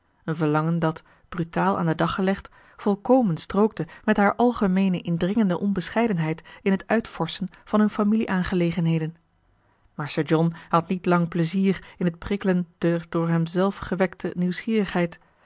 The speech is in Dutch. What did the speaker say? een verlangen dat brutaal aan den dag gelegd volkomen strookte met haar algemeene indringende onbescheidenheid in het uitvorschen van hun familieaangelegenheden maar sir john had niet lang pleizier in het prikkelen der door hemzelf gewekte nieuwsgierigheid